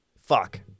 Fuck